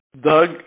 Doug